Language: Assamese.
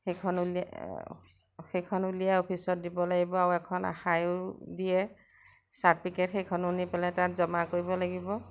সেইখন উলিয়াই সেইখন উলিয়াই অফিচত দিব লাগিব আৰু এখন আশাইও দিয়ে চাৰ্টিফিকেট সেইখনো নি পেলাই তাত জমা কৰিব লাগিব